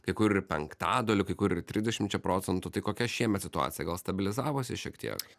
kai kur ir penktadaliu kai kur ir trisdešimčia procentų tai kokia šiemet situacija gal stabilizavosi šiek tiek